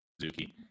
Suzuki